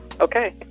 okay